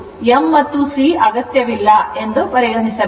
m ಮತ್ತು c ಅಗತ್ಯವಿಲ್ಲ ಎಂದು ಪರಿಗಣಿಸಬೇಕು